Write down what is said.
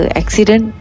accident